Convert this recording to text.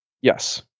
Yes